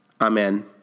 Amen